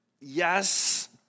yes